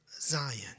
Zion